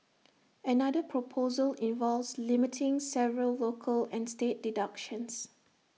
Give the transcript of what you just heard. another proposal involves limiting several local and state deductions